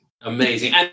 amazing